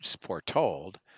foretold